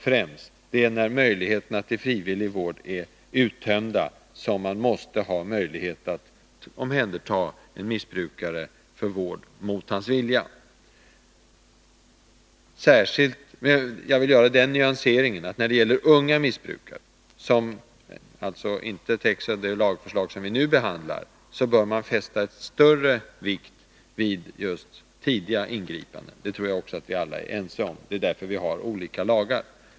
Det är när möjligheterna till frivillig vård är uttömda som man måste ha möjligheten att omhänderta en missbrukare för vård mot hans vilja. Jag vill göra nyanseringen när det gäller unga missbrukare, som alltså inte täcks av det lagförslag som vi nu behandlar, att man bör fästa större vikt vid just tidiga ingripandeni de fallen. Det tror jag att vi alla är ense om. Det är därför vi har en särskild lag om vård av unga.